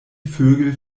vögel